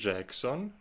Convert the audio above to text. Jackson